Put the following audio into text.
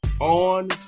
on